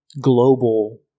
global